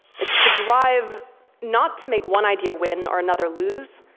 it's the drive not to make one idea win or another lose,